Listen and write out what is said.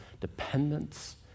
dependence